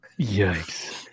Yikes